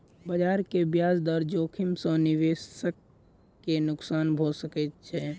बजार के ब्याज दर जोखिम सॅ निवेशक के नुक्सान भ सकैत छै